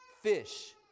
fish